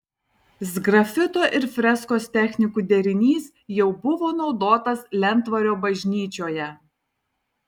sgrafito ir freskos technikų derinys jau buvo naudotas lentvario bažnyčioje